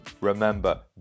remember